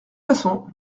façon